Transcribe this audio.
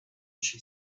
she